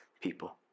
people